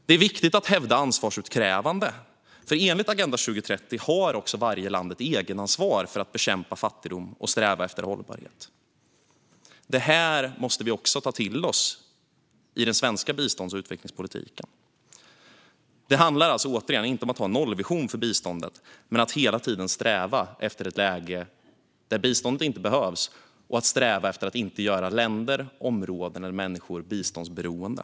Det är viktigt att hävda ansvarsutkrävande, för enligt Agenda 2030 har varje land ett egenansvar för att bekämpa fattigdom och sträva efter hållbarhet. Detta måste vi också ta till oss i den svenska bistånds och utvecklingspolitiken. Det handlar, återigen, inte om att ha en nollvision för biståndet utan om att hela tiden sträva efter ett läge där biståndet inte behövs och om att sträva efter att inte göra länder, områden eller människor biståndsberoende.